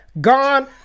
Gone